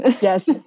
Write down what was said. Yes